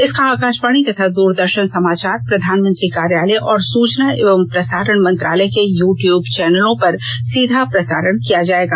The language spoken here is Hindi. इसका आकाशवाणी तथा दूरदर्शन समाचार प्रधानमंत्री कार्यालय और सूचना एवं प्रसारण मंत्रालय के यू टयूब चैनलों पर सीधा प्रसारण किया जाएगा